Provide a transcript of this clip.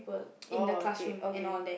oh okay okay